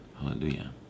Hallelujah